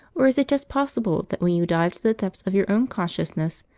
or is it just possible that when you dive to the depths of your own consciousness,